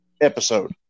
episode